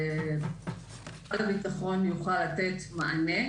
שמשרד הביטחון יוכל לתת מענה